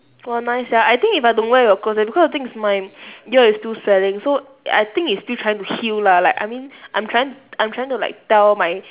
!wah! nice sia I think if I don't wear it will close leh because the thing is my ear is still swelling so I think it's still trying to heal lah like I mean I'm trying I'm trying to like tell my